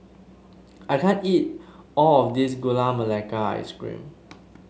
I can't eat all of this Gula Melaka Ice Cream